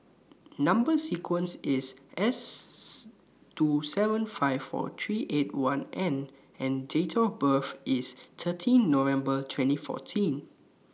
Number sequence IS S two seven five four three eight one N and Date of birth IS thirteen November twenty fourteen